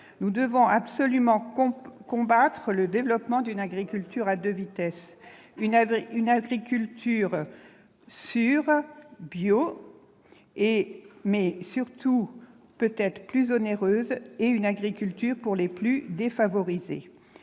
Nous devons absolument combattre le développement d'une agriculture à deux vitesses : une agriculture sûre- bio, mais surtout peut-être plus onéreuse -et une agriculture pour les plus défavorisés.